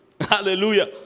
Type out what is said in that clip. Hallelujah